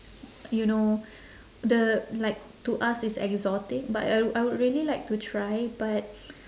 you know the like to us it's exotic but I I would really like to try but